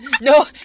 No